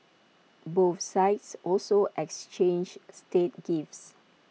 both sides also exchanged state gifts